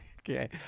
Okay